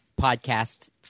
podcast